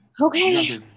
Okay